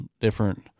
different